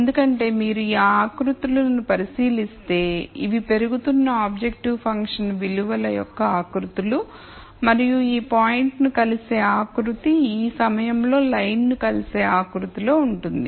ఎందుకంటే మీరు ఈ ఆకృతులను పరిశీలిస్తే ఇవి పెరుగుతున్న ఆబ్జెక్టివ్ ఫంక్షన్ విలువల యొక్క ఆకృతులు మరియు ఈ పాయింట్ను కలిసే ఆకృతి ఈ సమయంలో లైన్ ను కలిసే ఆకృతిలో ఉంటుంది